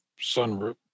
sunroof